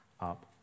up